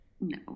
No